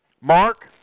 Mark